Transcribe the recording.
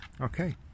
okay